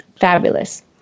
Fabulous